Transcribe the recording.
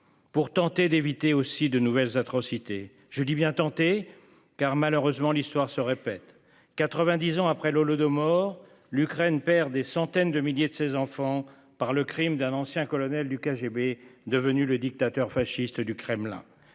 Pour tenter d'éviter aussi de nouvelles atrocités, je dis bien tenté. Car malheureusement, l'histoire se répète. 90 ans après l'Holodomor l'Ukraine perd des centaines de milliers de ses enfants par le Crime d'un ancien colonel du KGB devenu le dictateur fasciste du Kremlin